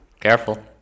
Careful